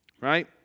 right